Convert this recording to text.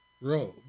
robe